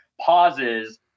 Pauses